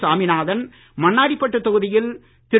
சாமிநாதன் மண்ணாடிப்பட்டு தொகுதியில் திரு